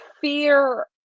fear